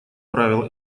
правило